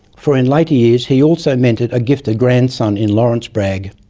for, in later years, he also mentored a gifted grandson in lawrence bragg,